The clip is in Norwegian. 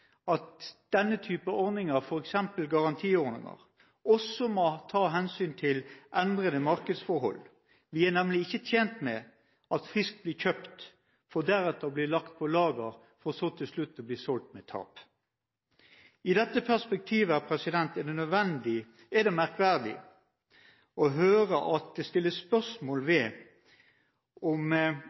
at denne typen ordninger, f.eks. garantiordninger, også må ta hensyn til endrede markedsforhold. Vi er nemlig ikke tjent med at fisk blir kjøpt for deretter å bli lagt på lager og så til slutt bli solgt med tap. I dette perspektivet er det merkverdig å høre at det stilles spørsmål ved om